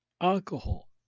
alcohol